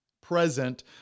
present